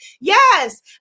Yes